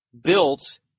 built